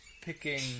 picking